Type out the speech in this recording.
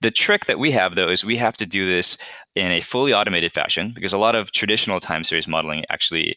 the trick that we have though is we have to do this in a fully automated fashion, because a lot of traditional time series modeling actually